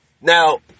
Now